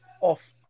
off